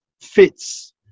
fits